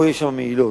או שיש שם מעילות,